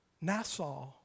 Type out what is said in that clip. Nassau